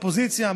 אופוזיציה.